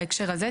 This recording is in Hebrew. בהקשר הזה,